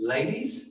Ladies